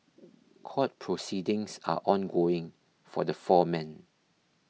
court proceedings are ongoing for the four men